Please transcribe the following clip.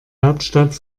hauptstadt